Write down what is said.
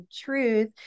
truth